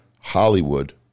Hollywood